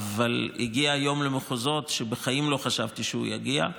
אבל הגיע היום למחוזות שבחיים לא חשבתי שהוא יגיע אליהם.